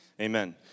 Amen